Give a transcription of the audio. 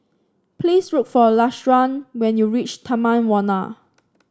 please look for Lashawn when you reach Taman Warna